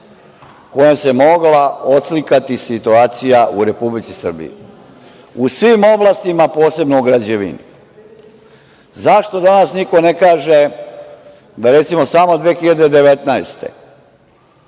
kojom se mogla oslikati situacija u Republici Srbiji u svim oblastima, posebno u građevini.Zašto danas niko ne kaže, da recimo, samo 2019.